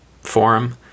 forum